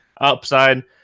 upside